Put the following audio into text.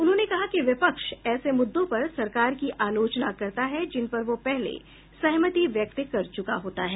उन्होंने कहा कि विपक्ष ऐसे मुद्दों पर सरकार की आलोचना करता है जिन पर वह पहले सहमति व्यक्त कर चुका होता है